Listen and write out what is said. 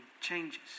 changes